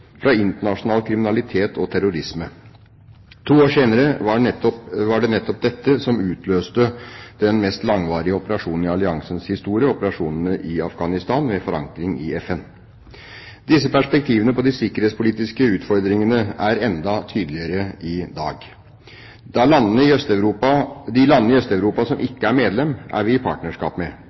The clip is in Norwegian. fra internasjonal kriminalitet og terrorisme. To år senere var det nettopp dette som utløste den mest langvarige operasjonen i alliansens historie, operasjonen i Afghanistan med forankring i FN. Disse perspektivene på de sikkerhetspolitiske utfordringene er enda tydeligere i dag. De landene i Øst-Europa som ikke er medlem, er vi i partnerskap med.